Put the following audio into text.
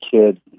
kid